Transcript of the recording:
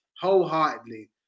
wholeheartedly